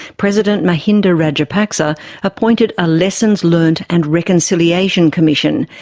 president mahinda rajapaksa appointed a lessons learnt and reconciliation commission,